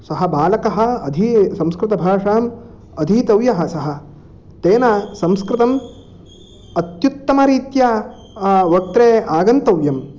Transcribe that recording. सः बालकः अधि संस्कृतभाषाम् अधीतव्यः सः तेन संस्कृतम् अत्युत्तमरीत्या वक्त्रे आगन्तव्यम्